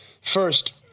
first